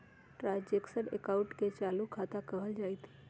transaction अकाउंटे के चालू खता कहल जाइत हइ